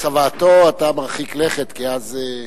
צוואתו, אתה מרחיק לכת, כי אז,